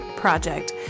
Project